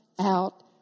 out